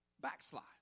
backslide